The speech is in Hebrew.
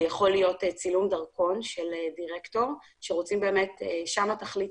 זה יכול להיות צילום דרכון של דירקטור ושם התכלית